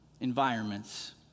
environments